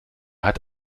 hat